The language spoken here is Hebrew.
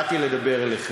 באתי לדבר אליכם.